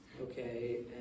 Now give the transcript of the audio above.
okay